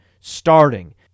starting